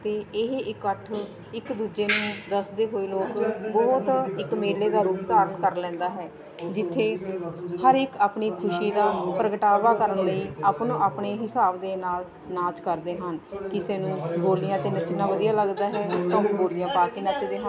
ਅਤੇ ਇਹ ਇਕੱਠ ਇੱਕ ਦੂਜੇ ਨੂੰ ਦੱਸਦੇ ਹੋਏ ਲੋਕ ਬਹੁਤ ਇੱਕ ਮੇਲੇ ਦਾ ਰੂਪ ਧਾਰਨ ਕਰ ਲੈਂਦਾ ਹੈ ਜਿੱਥੇ ਹਰ ਇੱਕ ਆਪਣੀ ਖੁਸ਼ੀ ਦਾ ਪ੍ਰਗਟਾਵਾ ਕਰਨ ਲਈ ਆਪਣੋ ਆਪਣੇ ਹਿਸਾਬ ਦੇ ਨਾਲ ਨਾਚ ਕਰਦੇ ਹਨ ਕਿਸੇ ਨੂੰ ਬੋਲੀਆਂ 'ਤੇ ਨੱਚਣਾ ਵਧੀਆ ਲੱਗਦਾ ਹੈ ਭਾਵੇਂ ਬੋਲੀਆਂ ਪਾ ਕੇ ਨੱਚਦੇ ਹਨ